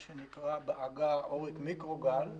מה שנקרא: עורק מיקרוגל,